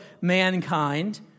mankind